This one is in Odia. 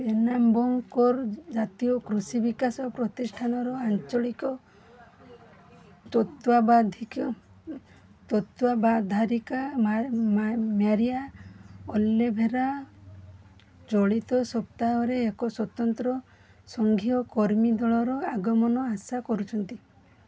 ପେର୍ନାମ୍ବୁକୋର ଜାତୀୟ କୃଷି ବିକାଶ ପ୍ରତିଷ୍ଠାନର ଆଞ୍ଚଳିକ ତତ୍ତ୍ୱାବାଧାରିକା ମ୍ୟାରିଆ ଅଲିଭେରା ଚଳିତ ସପ୍ତାହରେ ଏକ ସ୍ୱତନ୍ତ୍ର ସଂଘୀୟ କର୍ମୀ ଦଳର ଆଗମନ ଆଶା କରୁଛନ୍ତି